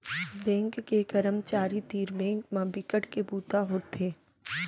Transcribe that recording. bank के करमचारी तीर बेंक म बिकट के बूता होथे